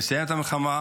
נסיים את המלחמה,